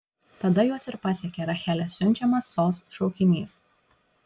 tada juos ir pasiekė rachelės siunčiamas sos šaukinys